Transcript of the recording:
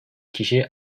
kişi